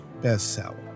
bestseller